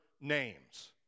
names